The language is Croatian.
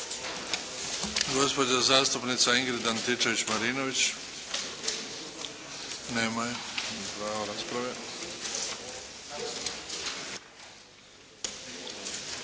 Gospođa zastupnica Ingrid Antičević-Marinović. Nema je. Gubi pravo